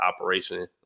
operation